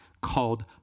called